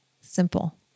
simple